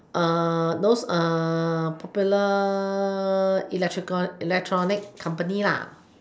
uh those uh popular electrical electronic company lah